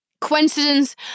Coincidence